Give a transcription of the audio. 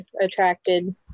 attracted